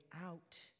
out